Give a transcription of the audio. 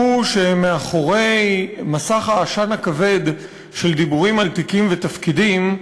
והוא שמאחורי מסך העשן הכבד של דיבורים על תיקים ותפקידים,